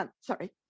Sorry